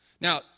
Now